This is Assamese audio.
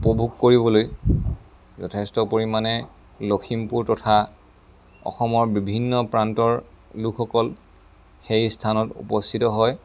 উপভোগ কৰিবলৈ যথেষ্ট পৰিমাণে লখিমপুৰ তথা অসমৰ বিভিন্ন প্ৰান্তৰ লোকসকল সেই স্থানত উপস্থিত হয়